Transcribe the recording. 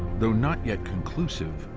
though not yet conclusive,